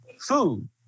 food